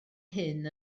hyn